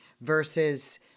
versus